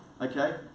Okay